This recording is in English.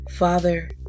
Father